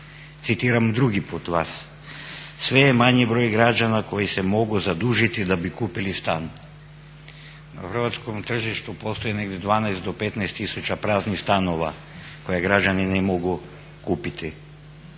Citiram drugi put vas, sve je manji broj građana koji se mogu zadužiti da bi kupili stan. Na hrvatskom tržištu postoji negdje 12 do 15 tisuća praznih stanova koje građani ne mogu kupiti.